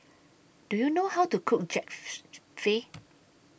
Do YOU know How to Cook